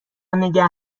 نگه